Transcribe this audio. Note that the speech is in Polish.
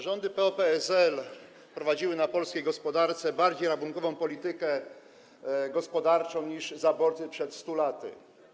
Rządy PO-PSL prowadziły w przypadku polskiej gospodarki bardziej rabunkową politykę gospodarczą niż zaborcy przed 100 laty.